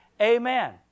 Amen